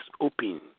open